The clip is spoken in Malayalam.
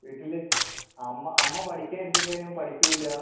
വീട്ടിൽ അമ്മ അമ്മ പഠിക്കാൻ ഇരുത്തി കഴിഞ്ഞാൽ പഠിക്കില്ല